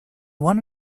one